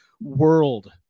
world